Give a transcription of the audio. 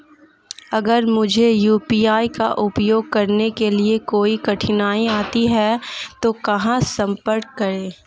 अगर मुझे यू.पी.आई का उपयोग करने में कोई कठिनाई आती है तो कहां संपर्क करें?